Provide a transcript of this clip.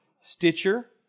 Stitcher